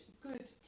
good